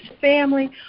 family